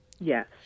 yes